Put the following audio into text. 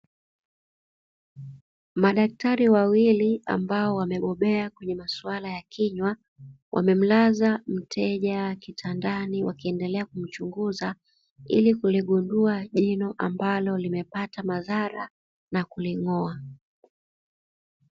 Madaktari wawili ambao wamebobea kwenye masuala ya kinywa, wamemlaza mteja kitandani wakiendelea kumchunguza ili kugundua jino ambalo limepata madhara na kuling'oa.